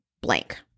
blank